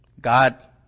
God